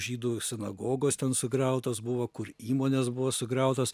žydų sinagogos ten sugriautos buvo kur įmonės buvo sugriautos